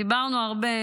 דיברנו הרבה,